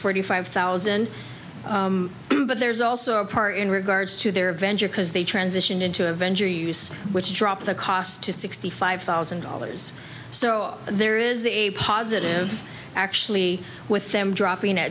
forty five thousand but there's also a part in regards to their adventure because they transition into avenger use which drop the cost to sixty five thousand dollars so there is a positive actually with them dropping